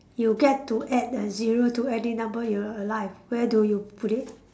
you get to add a zero to any number in your life where do you put it